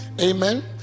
Amen